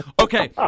okay